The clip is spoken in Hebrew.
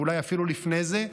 ואולי אפילו לפני זה.